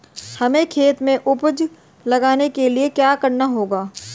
हमें खेत में उपज उगाने के लिये क्या करना होगा?